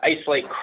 isolate